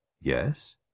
Yes